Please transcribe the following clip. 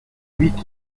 huit